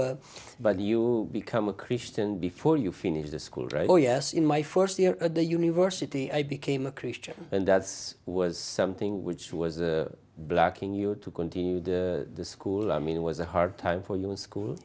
one but you become a christian before you finish the school royer in my first year at the university i became a christian and thus was something which was blocking you to continue the school i mean it was a hard time for you in school